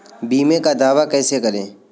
बीमे का दावा कैसे करें?